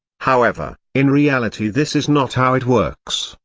however, in reality this is not how it works,